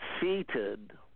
seated